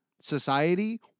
society